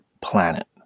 planet